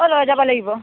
অঁ লৈ যাব লাগিব